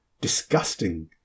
disgusting